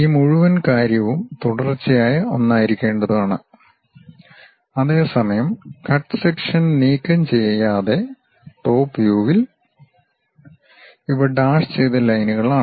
ഈ മുഴുവൻ കാര്യവും തുടർച്ചയായ ഒന്നായിരിക്കേണ്ടതാണ് അതേസമയം കട്ട് സെക്ഷൻ നീക്കംചെയ്യാതെ ടോപ് വ്യൂവിൽ ഇവ ഡാഷ് ചെയ്ത ലൈൻകളാണ്